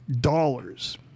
dollars